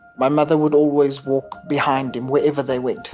my mother would always walk behind him wherever they went.